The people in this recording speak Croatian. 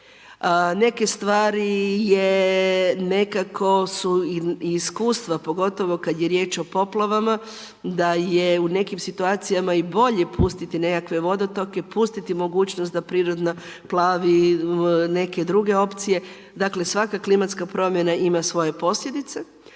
je nekako su i iskustva pogotovo kada je riječ o poplavama da je u nekim situacijama i bolje pustiti nekakve vodotoke, pustiti mogućnost da priroda plavi neke druge opcije. Dakle svaka klimatska promjena ima svoje posljedice.